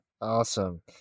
Awesome